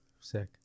Sick